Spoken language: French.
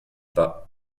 pas